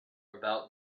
about